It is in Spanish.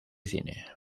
cine